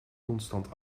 constant